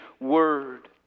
word